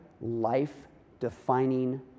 life-defining